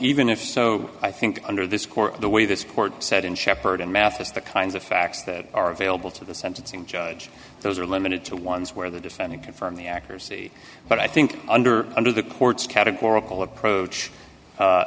even if so i think under this court the way this court said in sheppard and math is the kinds of facts that are available to the sentencing judge those are limited to ones where the defendant confirm the accuracy but i think under under the court's categor